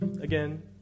Again